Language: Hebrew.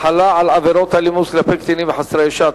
החלה על עבירות אלימות כלפי קטינים וחסרי ישע),